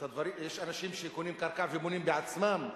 יש אנשים שקונים קרקע ובונים בעצמם,